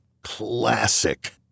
Classic